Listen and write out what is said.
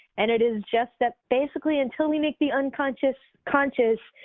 and it is just that basically, until we make the unconscious conscious,